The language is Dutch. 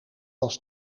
als